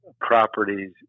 properties